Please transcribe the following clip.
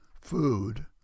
food